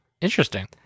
interesting